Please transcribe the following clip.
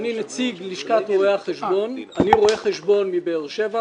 אני רואה חשבון מבאר שבע,